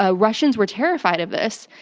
ah russians were terrified of this.